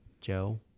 Joe